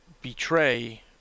betray